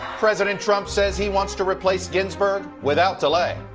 president trump says he wants to replace ginsburg without delay.